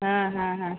হ্যাঁ হ্যাঁ হ্যাঁ